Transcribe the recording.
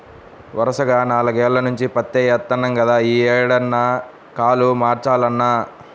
వరసగా నాల్గేల్ల నుంచి పత్తే యేత్తన్నాం గదా, యీ ఏడన్నా కాలు మార్చాలన్నా